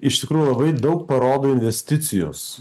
iš tikrųjų labai daug parodo investicijos